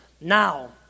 now